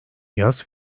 yaz